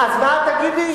אז מה את תגידי?